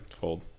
Hold